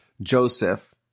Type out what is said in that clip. Joseph